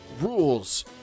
Rules